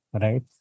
right